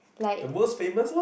the most famous lor